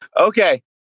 okay